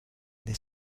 this